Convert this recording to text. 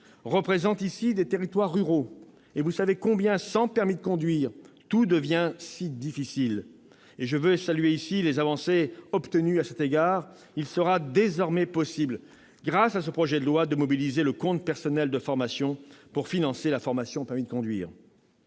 représentent ici des territoires ruraux. Vous savez combien, sans permis de conduire, tout devient difficile. Je veux saluer ici les avancées obtenues à cet égard. Il sera désormais possible, grâce à ce projet de loi, de mobiliser le compte personnel formation pour financer la formation au permis de conduire.